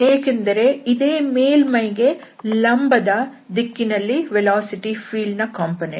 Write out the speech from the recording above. ಏಕೆಂದರೆ ಇದೇ ಮೇಲ್ಮೈಗೆ ಲಂಬದ ದಿಕ್ಕಿನಲ್ಲಿ ವೆಲಾಸಿಟಿ ಫೀಲ್ಡ್ ನ ಕಂಪೋನೆಂಟ್